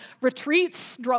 retreats